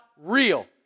real